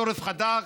יש עורף חזק,